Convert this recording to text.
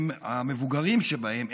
המבוגרים שבהם,